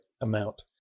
amount